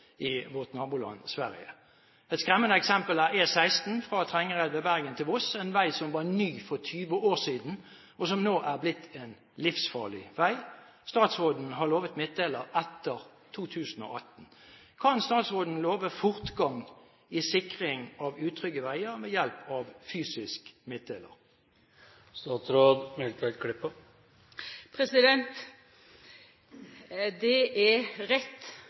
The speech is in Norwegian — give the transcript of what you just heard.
i vårt naboland Sverige. Et skremmende eksempel er E16 fra Trengereid ved Bergen til Voss, en vei som var ny for 20 år siden, og som nå er blitt en livsfarlig vei. Statsråden har lovet midtdeler etter 2018. Kan statsråden love fortgang i sikring av utrygge veier ved hjelp av fysisk midtdeler? Det er rett,